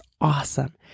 awesome